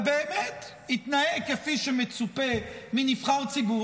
ובאמת התנהג כפי שמצופה מנבחר ציבור,